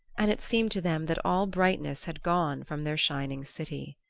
and it seemed to them that all brightness had gone from their shining city.